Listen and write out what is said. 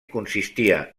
consistia